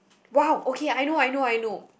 !wow! okay I know I know I know